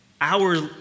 hours